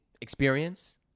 experience